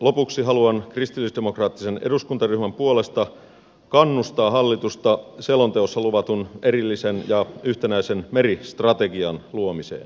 lopuksi haluan kristillisdemokraattisen eduskuntaryhmän puolesta kannustaa hallitusta selonteossa luvatun erillisen ja yhtenäisen meristrategian luomiseen